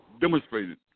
demonstrated